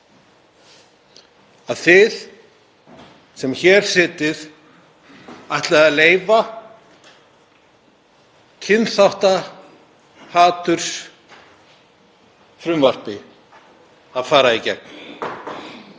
að þið sem hér sitjið ætlið að leyfa kynþáttahatursfrumvarpi að fara í gegn,